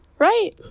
Right